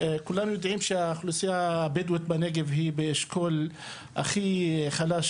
כולנו יודעים שהאוכלוסייה הבדואית בנגב היא באשכול הכי חלש,